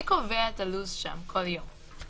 מי קובע את הלו"ז שם כל יום?